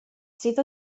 sydd